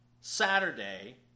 Saturday